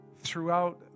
throughout